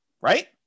Right